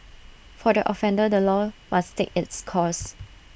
for the offender the law must take its course